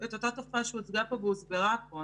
אותה תופעה שהוצגה פה והוסברה פה.